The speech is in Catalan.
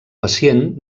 pacient